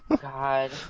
God